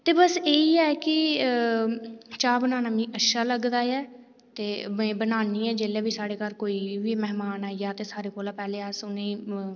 ते बस एह् गै है कि चाह् बनाना मि अच्छा लगदा है ते में बनान्नी आं जेहले बी साढे घर कोई महमान आई जा ते सारे कोला पैह्लें अस उनेंगी